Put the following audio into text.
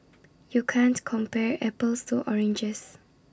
you can't compare apples to oranges